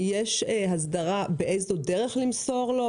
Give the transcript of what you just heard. יש הסדרה באיזו דרך למסור לו,